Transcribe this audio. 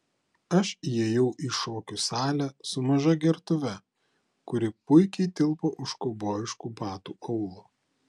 aš įėjau į šokių salę su maža gertuve kuri puikiai tilpo už kaubojiškų batų aulo